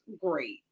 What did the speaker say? great